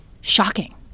shocking